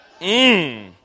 Mmm